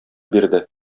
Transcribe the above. бирде